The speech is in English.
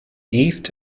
east